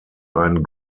ein